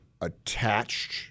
attached